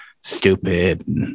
stupid